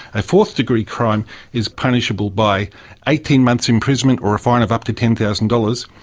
a fourth degree crime is punishable by eighteen months imprisonment or a fine of up to ten thousand dollars.